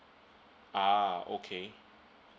ah okay